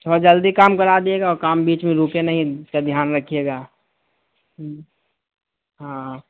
تھوڑا جلدی کام کرا دیجیے گا اور کام بیچ میں رکے نہیں اس کا دھیان رکھیے گا ہاں